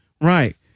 right